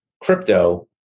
crypto